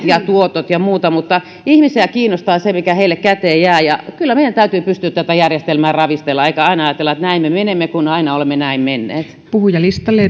ja tuotot ja muut ovat hienoja sanoja mutta ihmisiä kiinnostaa se mikä heille käteen jää ja kyllä meidän täytyy pystyä tätä järjestelmää ravistelemaan eikä aina ajatella että näin me menemme kun aina olemme näin menneet puhujalistalle